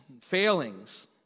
failings